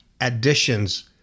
additions